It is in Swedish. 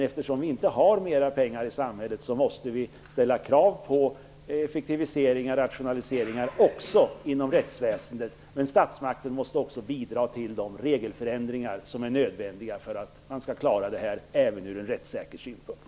Eftersom vi inte har mera pengar i samhället måste vi ställa krav på effektiviseringar och rationaliseringar också inom rättsväsendet, men statsmakten måste också bidra till de regelförändringar som är nödvändiga för att man skall klara det här även från rättssäkerhetssynpunkt.